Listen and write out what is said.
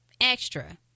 Extra